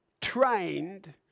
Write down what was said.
trained